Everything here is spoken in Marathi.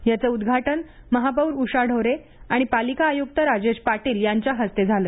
याचं उद्घाटन महापौर उषा ढोरे आणि पालिका आयुक्त राजेश पाटील यांच्या हस्ते झालं